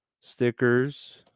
Stickers